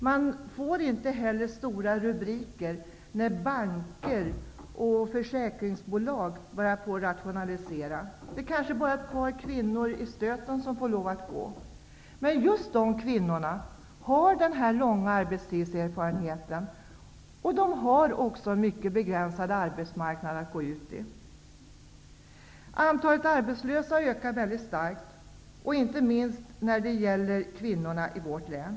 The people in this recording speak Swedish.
Det blir inte heller stora rubriker när banker och försäkringsbolag börjar att rationalisera -- det kanske bara är ett par kvinnor åt gången som måste gå. Just de här kvinnorna har emellertid en lång arbetslivserfarenhet, och de har också en mycket begränsad arbetsmarknad att gå ut på. Antalet arbetslösa ökar väldigt starkt, inte minst när det gäller kvinnorna i vårt län.